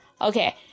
Okay